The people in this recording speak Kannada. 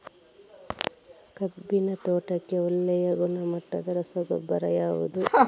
ಕಬ್ಬಿನ ತೋಟಕ್ಕೆ ಒಳ್ಳೆಯ ಗುಣಮಟ್ಟದ ರಸಗೊಬ್ಬರ ಯಾವುದು?